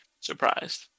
surprised